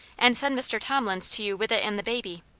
and send mr. thomlins to you with it and the baby.